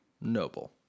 noble